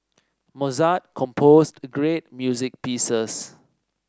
Mozart composed great music pieces